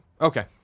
Okay